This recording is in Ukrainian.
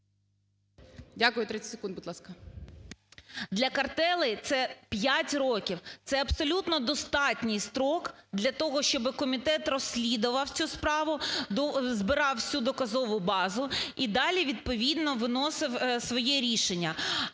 Дякую. 30 секунд, будь ласка.